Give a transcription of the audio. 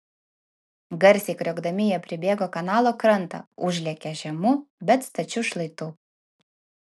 garsiai kriokdami jie pribėgo kanalo krantą užlėkė žemu bet stačiu šlaitu